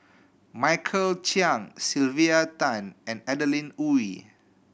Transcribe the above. Michael Chiang Sylvia Tan and Adeline Ooi